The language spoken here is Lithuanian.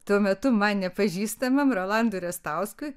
tuo metu man nepažįstamiam rolandui rastauskui